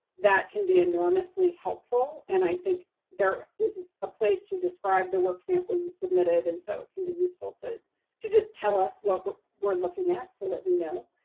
that can be enormously helpful. and i think there is a place to describe the work sample you submitted. and so it can be useful to to just tell us what we're we're looking at so that we know.